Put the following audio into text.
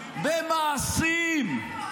במעשים,